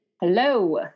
Hello